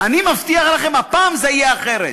אני מבטיח לכם, הפעם זה יהיה אחרת.